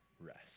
rest